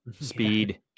Speed